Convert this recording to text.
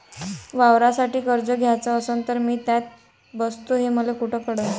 वावरासाठी कर्ज घ्याचं असन तर मी त्यात बसतो हे मले कुठ कळन?